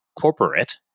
corporate